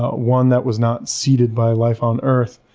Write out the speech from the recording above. ah one that was not seeded by life on earth,